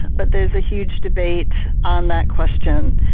but there's a huge debate on that question.